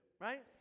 right